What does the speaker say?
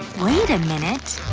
wait a minute.